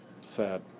sad